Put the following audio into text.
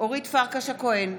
אורית פרקש הכהן,